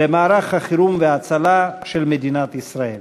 במערך החירום וההצלה של מדינת ישראל.